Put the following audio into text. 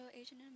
Asian